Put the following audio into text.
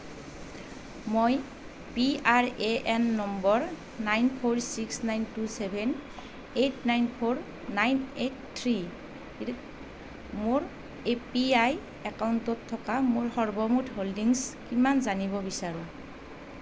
মই P R A N number nine four six nine two seven eight nine four nine eight থ্ৰীৰ মোৰ A P Y একাউণ্টটোত থকা মোৰ সৰ্বমুঠ হোল্ডিংছ কিমান জানিব বিচাৰোঁ